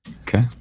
Okay